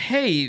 Hey